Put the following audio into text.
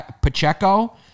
Pacheco